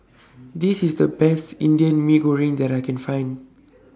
This IS The Best Indian Mee Goreng that I Can Find